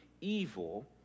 evil